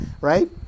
right